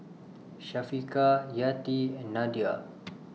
Syafiqah Yati and Nadia